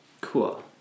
Cool